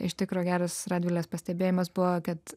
iš tikro geras radvilės pastebėjimas buvo kad